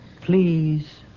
Please